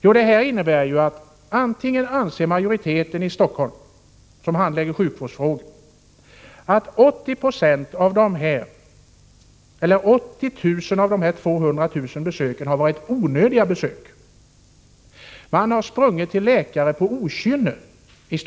Jo, den majoritet i Stockholms läns landsting som handlägger sjukvårdsfrågor anser att 80 000 av de 200 000 besöken har varit onödiga, att man i Stockholm har sprungit till läkare av okynne.